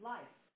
Life